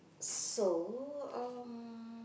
so um